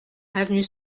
avenue